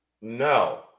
No